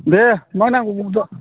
दे मा नांगौ बुंदो